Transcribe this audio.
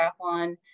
triathlon